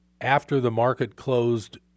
after-the-market-closed